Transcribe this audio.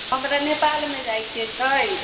हमरा नेपालमे जाइके छै